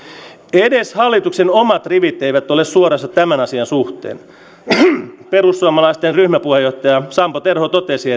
edes hallituksen omat rivit eivät ole suorassa tämän asian suhteen perussuomalaisten ryhmäpuheenjohtaja sampo terho totesi